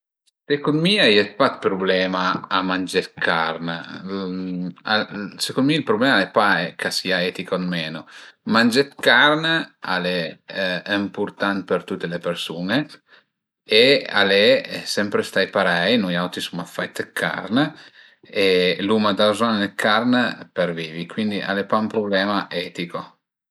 Secund mi a ie pa d'prublema a mangé d'carn. Secund mi ël prublema al e pa ch'a sia etich o meno, mangé d'carn al e ëmpurtant për tüte le persun-e e al e sempre stait parei, nui auti suma fait d'carn e l'uma da bëzogn d'carn për vivi, cuindi al e pa ün prublema etico